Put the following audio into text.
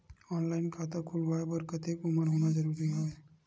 Online खाता खुलवाय बर कतेक उमर होना जरूरी हवय?